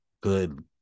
good